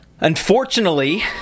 Unfortunately